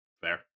Fair